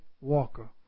walker